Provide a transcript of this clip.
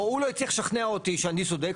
שהוא לא הצליח לשכנע אותי שאני צודק,